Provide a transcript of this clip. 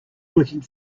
working